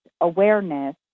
awareness